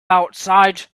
outside